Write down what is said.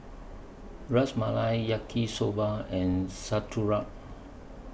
Ras Malai Yaki Soba and Sauerkraut